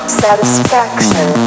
satisfaction